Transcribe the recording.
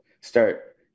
start